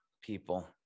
people